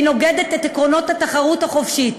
והיא נוגדת את עקרונות התחרות החופשית,